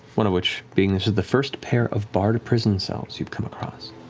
one of which being this is the first pair of barred prison cells you've come across.